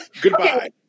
Goodbye